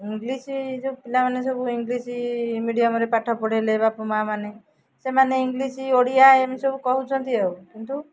English ଯେଉଁ ପିଲାମାନେ ସବୁ ଇଂଲିଶ୍ ମିଡ଼ିଅମ୍ରେ ପାଠ ପଢ଼େଇଲେ ବାପା ମାଆ ମାନେ ସେମାନେ ଇଂଲିଶ୍ ଓଡ଼ିଆ ଏମିତି ସବୁ କହୁଛନ୍ତି ଆଉ କିନ୍ତୁ